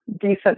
decent